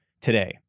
today